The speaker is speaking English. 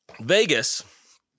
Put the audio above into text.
Vegas